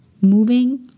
moving